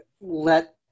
Let